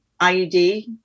IUD